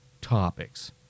topics